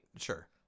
Sure